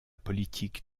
politique